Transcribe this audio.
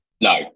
no